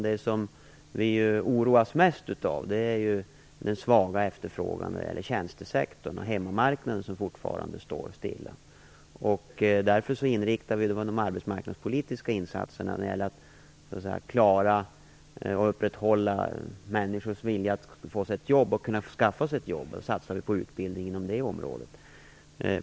Det som vi oroas mest av är den svaga efterfrågan inom tjänstesektorn och hemmamarknaden, som fortfarande står stilla. Därför inriktar vi de arbetsmarknadspolitiska insatserna, när det gäller att upprätthålla människors vilja att få jobb och kunna skaffa jobb, på att satsa på utbildning inom det området.